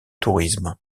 tourisme